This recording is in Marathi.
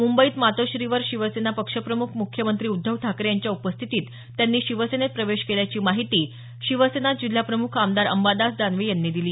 मुंबईत मातोश्रीवर शिवसेना पक्षप्रमुख मुख्यमंत्री उध्दव ठाकरे यांच्या उपस्थित त्यांनी शिवसेनेत प्रवेश केल्याची माहिती शिवसेना जिल्हा प्रमुख आमदार अंबादास दानवे यांनी दिली